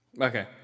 Okay